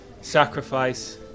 sacrifice